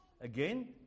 Again